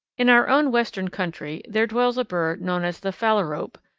in our own western country there dwells a bird known as the phalarope,